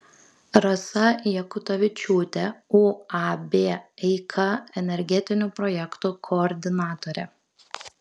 rasa jakutavičiūtė uab eika energetinių projektų koordinatorė